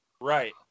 Right